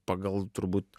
pagal turbūt